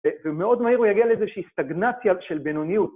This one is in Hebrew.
ומאוד מהיר הוא יגיע לאיזושהי סטגנציה של בינוניות.